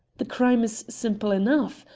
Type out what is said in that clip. the crime is simple enough.